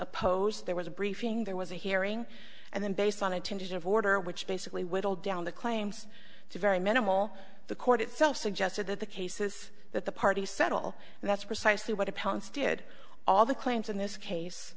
opposed there was a briefing there was a hearing and then based on a tentative order which basically whittled down the claims to very minimal the court itself suggested that the cases that the parties settle and that's precisely what opponents did all the claims in this case